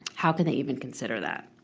how can they even consider that?